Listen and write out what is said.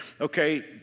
okay